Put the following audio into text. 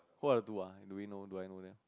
who are the two ah do we know do I know them